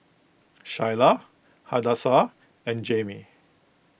Shyla Hadassah and Jaimie